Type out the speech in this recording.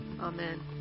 Amen